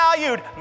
valued